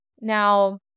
Now